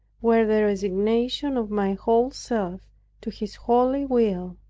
were the resignation of my whole self to his holy will.